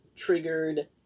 triggered